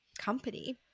company